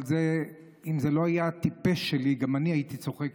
אבל אם זה לא היה הטיפש שלי גם אני היית צוחק,